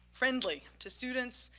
friendly to students,